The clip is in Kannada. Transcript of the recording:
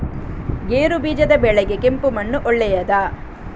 ಗೇರುಬೀಜದ ಬೆಳೆಗೆ ಕೆಂಪು ಮಣ್ಣು ಒಳ್ಳೆಯದಾ?